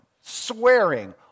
swearing